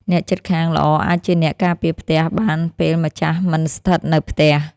អ្នកជិតខាងល្អអាចជាអ្នកការពារផ្ទះបានពេលម្ចាស់មិនស្ថិតនៅផ្ទះ។